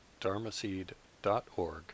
dharmaseed.org